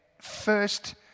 first